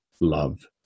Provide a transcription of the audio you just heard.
love